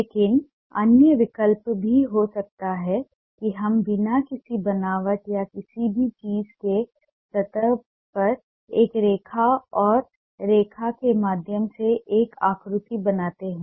लेकिन अन्य विकल्प भी हो सकते हैं कि हम बिना किसी बनावट या किसी भी चीज़ के सतह पर एक रेखा और रेखा के माध्यम से एक आकृति बनाते हैं